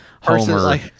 Homer